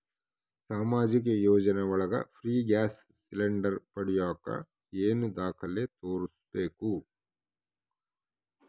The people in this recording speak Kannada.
ಸಾಮಾಜಿಕ ಯೋಜನೆ ಒಳಗ ಫ್ರೇ ಗ್ಯಾಸ್ ಸಿಲಿಂಡರ್ ಪಡಿಯಾಕ ಏನು ದಾಖಲೆ ತೋರಿಸ್ಬೇಕು?